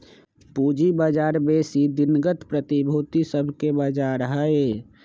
पूजी बजार बेशी दिनगत प्रतिभूति सभके बजार हइ